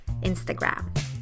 Instagram